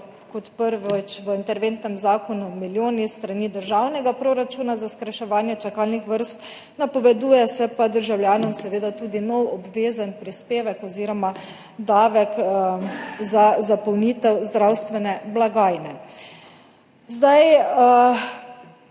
kot prvič, v interventnem zakonu milijoni s strani državnega proračuna za skrajševanje čakalnih vrst, napoveduje se pa državljanom seveda tudi nov obvezen prispevek oziroma davek za zapolnitev zdravstvene blagajne.